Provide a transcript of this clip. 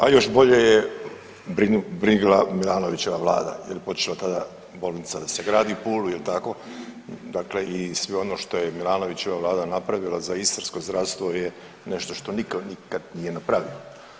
A još bolje je brinula Milanovićeva vlada jer je počela tada bolnica da se gradi u Puli jel tako, dakle i sve ono što je Milanovićeva vlada napravila za istarsko zdravstvo je nešto što nitko nikad nije napravio.